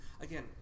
again